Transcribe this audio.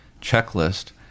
checklist